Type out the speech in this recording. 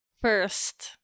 first